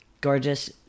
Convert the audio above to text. gorgeous